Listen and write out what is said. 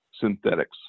synthetics